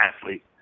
athlete